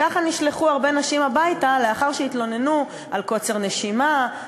ככה נשלחו הרבה נשים הביתה לאחר שהתלוננו על קוצר נשימה,